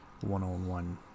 one-on-one